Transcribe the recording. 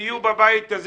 תהיו בבית הזה